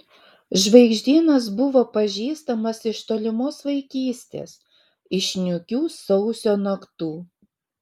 žvaigždynas buvo pažįstamas iš tolimos vaikystės iš niūkių sausio naktų